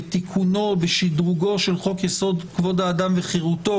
בתיקונו ובשדרוגו של חוק יסוד: כבוד האדם וחירותו,